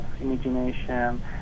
imagination